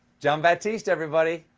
jon batiste, everybody.